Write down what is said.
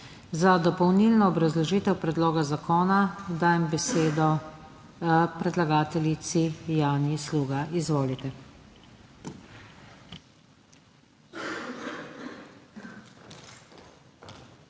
Za dopolnilno obrazložitev predloga zakona dajem besedo predlagateljici Janji Sluga. Izvolite.